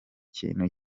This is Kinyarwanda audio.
kintu